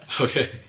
Okay